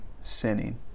sinning